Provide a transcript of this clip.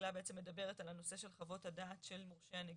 תחילה בעצם מדברת על נושא של חוות הדעת של מורשי הנגישות,